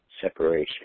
separation